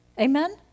Amen